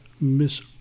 Miss